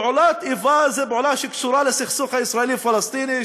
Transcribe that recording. פעולת איבה זו פעולה שקשורה לסכסוך הישראלי פלסטיני,